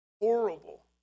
horrible